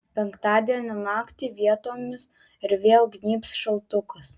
penktadienio naktį vietomis ir vėl gnybs šaltukas